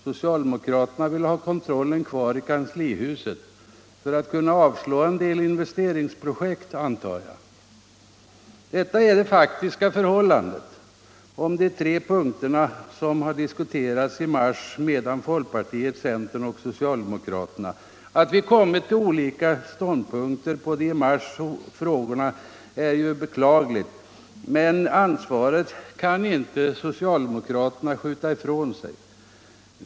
Socialdemokraterna vill ha kontrollen kvar i kanslihuset - för att kunna avslå en del investeringsprojekt, antar jag. Detta är det faktiska förhållandet beträffande de tre punkter som diskuterades i mars mellan folkpartiet, centern och socialdemokraterna. Att vi har kommit till olika ståndpunkter är beklagligt, men ansvaret kan inte socialdemokraterna skjuta ifrån sig.